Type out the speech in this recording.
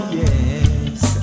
yes